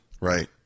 Right